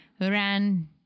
ran